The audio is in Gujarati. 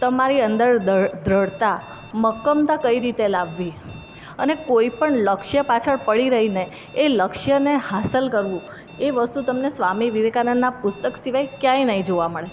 તમારી અંદર દર દૃઢતા મક્કમતા કઈ રીતે લાવવી અને કોઈ પણ લક્ષ્ય પાછળ પડી રહીને એ લક્ષ્યને હાંસલ કરવું એ વસ્તુ તમને સ્વામી વિવેકાનંદના પુસ્તક સિવાય ક્યાંય નહિ જોવા મળે